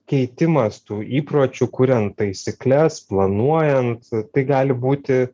keitimas tų įpročių kuriant taisykles planuojant tai gali būti